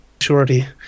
surety